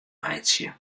meitsje